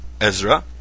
Ezra